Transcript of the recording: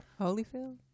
Holyfield